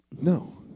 No